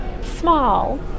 small